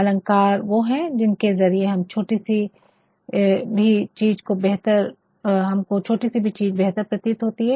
अलंकार वो है जिनके ज़रिये हम छोटी सी चीज़ भी बेहतर प्रतीत होती है